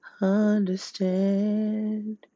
understand